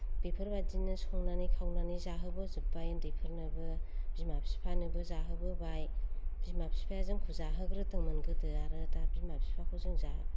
बेफोरबायदिनो संनानै खावनानै जाहोबोजोब्बाय उन्दैफोरनोबो बिमा बिफानोबो जाहोबोबाय बिमा बिफाया जोंखौ जाहोग्रोदोंमोन गोदो आरो दा बिमा बिफाखौ जों जाहो